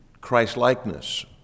Christ-likeness